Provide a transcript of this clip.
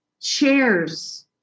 chairs